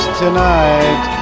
tonight